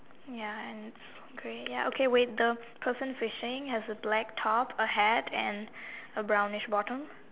ya and it's great ya okay wait the person fishing has a black top a hat and a brownish bottom